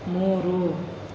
ಮೂರು